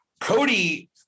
Cody